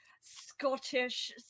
Scottish